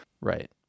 Right